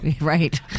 Right